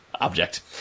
object